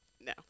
No